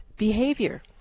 behavior